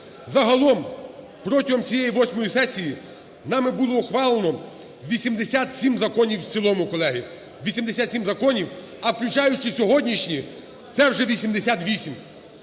Загалом протягом цієї восьмої сесії нами було ухвалено 87 законів в цілому, колеги, 87 законів, а включаючи сьогоднішні, це вже 88.